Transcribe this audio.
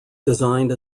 designed